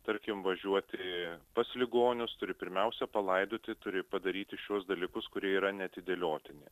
tarkim važiuoti pas ligonius turi pirmiausia palaidoti turi padaryti šiuos dalykus kurie yra neatidėliotini